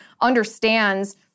understands